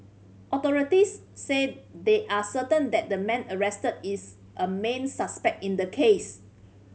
authorities said they are certain that the man arrested is a main suspect in the case